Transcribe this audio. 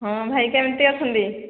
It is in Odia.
ହଁ ଭାଇ କେମିତି ଅଛନ୍ତି